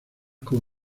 como